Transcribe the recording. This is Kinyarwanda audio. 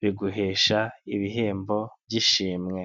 biguhesha ibihembo by'ishimwe.